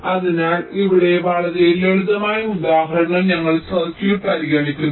അതിനാൽ ഇവിടെ വളരെ ലളിതമായ ഒരു ഉദാഹരണം ഞങ്ങൾ സർക്യൂട്ട് പരിഗണിക്കുന്നു